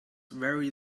very